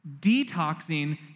Detoxing